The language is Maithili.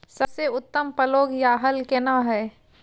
सबसे उत्तम पलौघ या हल केना हय?